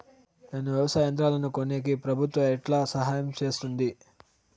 నేను వ్యవసాయం యంత్రాలను కొనేకి ప్రభుత్వ ఎట్లా సహాయం చేస్తుంది?